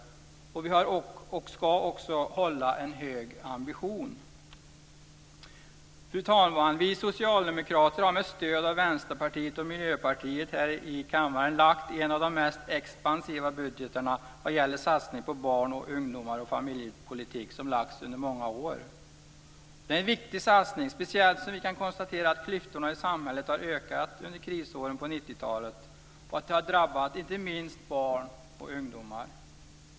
Vi ska också hålla en hög ambition. Fru talman! Vi socialdemokrater har med stöd av Vänsterpartiet och Miljöpartiet här i kammaren lagt fram en av de mest expansiva budgetar vad gäller satsningar på barn, ungdomar och familjepolitik lagts fram på många år. Det är en viktig satsning, speciellt som vi kan konstatera att klyftorna i samhället har ökat under krisåren på 90-talet och att det har drabbat inte minst barn och ungdomar.